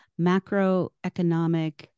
macroeconomic